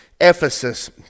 Ephesus